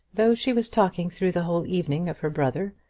though she was talking through the whole evening of her brother,